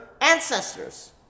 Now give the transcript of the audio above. ancestors